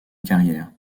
carrière